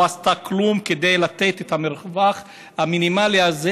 ולא עשתה כלום כדי לתת את המרחב המינימלי הזה,